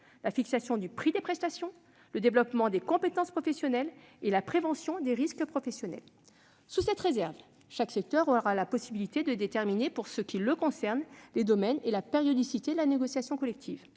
la fixation du prix des prestations, le développement des compétences professionnelles et la prévention des risques professionnels. Sous cette réserve, chaque secteur aura la possibilité de déterminer, pour ce qui le concerne, les domaines et la périodicité de la négociation collective.